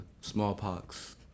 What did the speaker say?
smallpox